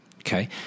Okay